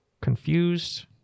confused